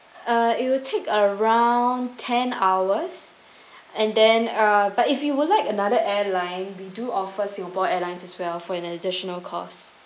uh it will take around ten hours and then uh but if you would like another airline we do offer singapore airlines as well for an additional costs